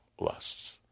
lusts